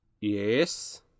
yes